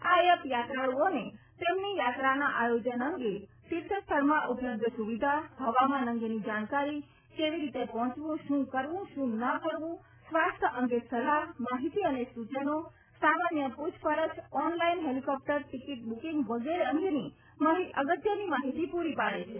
આ એપ યાત્રાળુઓને તેમની યાત્રાના આયોજન અંગે તીર્થસ્થળમાં ઉપલબ્ધ સુવિધા હવામાન અંગે જાણકારી કેવી રીતે પહોંચવું શું કરવું શું નકરવું સ્વાસ્થ્ય અંગે સલાહ માહિતી અને સૂચનો સામાન્ય પૂછપરછ ઓનલાઈન હેલિકોપ્ટર ટિકિટ બુકિંગ વગેરે અંગે અગત્યની માહિતી પૂરી પાડે છે